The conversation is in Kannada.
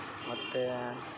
ಮತ್ತೆ